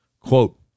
Quote